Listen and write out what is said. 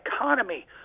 economy